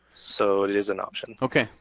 so it is an option. okay,